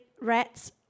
rats